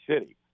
city